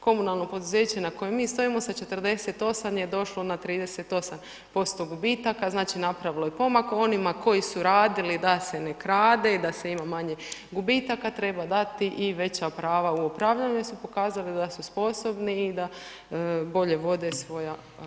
Komunalno poduzeće na kojem mi stojimo sa 48 je došlo na 38% gubitaka, znači napravilo je pomak, onima koji su radili da se ne krade, da se ima manje gubitaka, treba dati i veća prava u upravljanju jer se pokazali da si sposobni i da bolje vode svoja